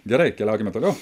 gerai keliaukime toliau